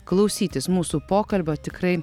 klausytis mūsų pokalbio tikrai